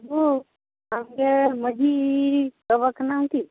hello ᱟᱢᱜᱮ ᱢᱟᱺᱡᱷᱤᱻ ᱵᱟᱵᱟ ᱠᱟᱱᱟᱢ ᱠᱤ